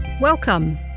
Welcome